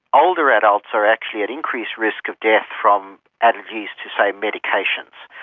older adults are actually at increased risk of death from allergies to, say, medications.